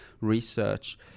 research